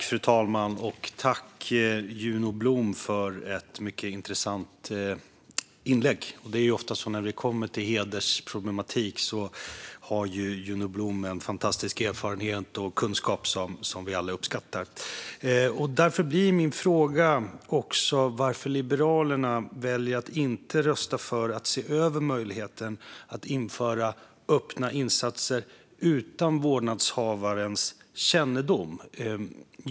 Fru talman! Jag tackar Juno Blom för ett mycket intressant inlägg. När det gäller hedersproblematik har Juno Blom en fantastisk erfarenhet och kunskap som vi alla uppskattar. Därför blir min fråga varför Liberalerna väljer att inte rösta för att se över möjligheten att införa öppna insatser utan vårdnadshavarens kännedom.